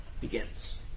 begins